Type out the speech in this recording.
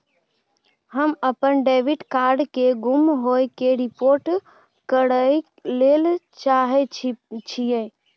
हम अपन debit card के गुम होय के रिपोर्ट करय ले चाहय छियै